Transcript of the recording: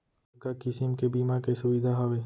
कतका किसिम के बीमा के सुविधा हावे?